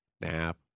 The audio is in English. Nap